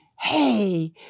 Hey